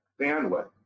bandwidth